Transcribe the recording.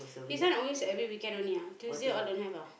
his one always every weekend only ah Tuesday all don't have ah